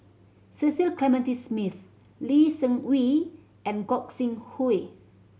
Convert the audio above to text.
Cecil Clementi Smith Lee Seng Wee and Gog Sing Hooi